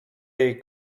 jej